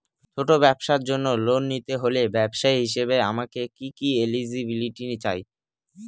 ছোট ব্যবসার জন্য লোন নিতে হলে ব্যবসায়ী হিসেবে আমার কি কি এলিজিবিলিটি চাই?